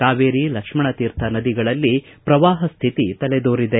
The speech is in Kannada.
ಕಾವೇರಿ ಲಕ್ಷ್ಮಣತೀರ್ಥ ನದಿಗಳಲ್ಲಿ ಪ್ರವಾಹ ಸ್ಥಿತಿ ತಲೆದೋರಿದೆ